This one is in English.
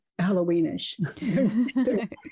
Halloweenish